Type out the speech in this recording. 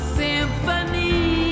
symphony